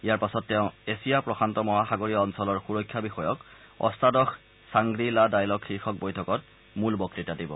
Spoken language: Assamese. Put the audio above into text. ইয়াৰ পাছত তেওঁ এছিয়া প্ৰশান্ত মহাসাগৰীয় অঞ্চলৰ সূৰক্ষা বিষয়ক অটাদশ চাংগ্ৰী লা ডায়লগ শীৰ্ষক বৈঠকত মূল বক্ততা দিব